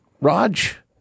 Raj